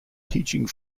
teaching